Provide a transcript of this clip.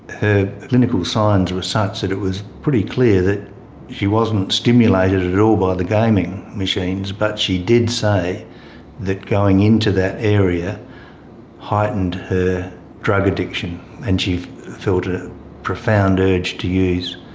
her clinical signs were such that it was pretty clear that she wasn't stimulated ah the gaming machines, but she did say that going into that area heightened her drug addiction and she felt a profound urge to use.